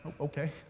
okay